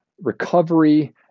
recovery